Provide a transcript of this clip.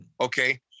Okay